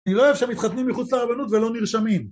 אני לא אוהב שמתחתנים מחוץ להרבנות ולא נרשמים.